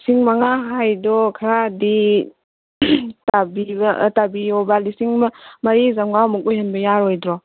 ꯂꯤꯁꯤꯡ ꯃꯉꯥ ꯍꯥꯏꯗꯣ ꯈꯔꯗꯤ ꯇꯥꯕꯤꯌꯣꯕ ꯂꯤꯁꯤꯡ ꯃꯔꯤ ꯆꯃꯉꯥꯃꯨꯛ ꯑꯣꯏꯍꯟꯕ ꯌꯥꯔꯣꯏꯗ꯭ꯔꯣ